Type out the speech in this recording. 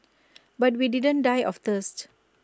but we didn't die of thirst